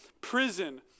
prison